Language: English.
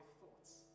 thoughts